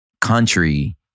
country